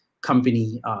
company